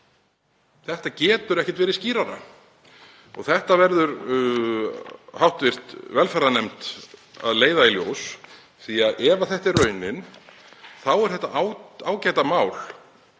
Þetta getur ekkert verið skýrara. Þetta verður hv. velferðarnefnd að leiða í ljós því að ef þetta er raunin þá er þetta ágæta mál